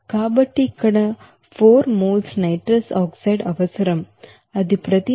కాబట్టి ఇక్కడ 4 moles nitrous oxide అవసరం అది ప్రతి మోల్స్ కు 21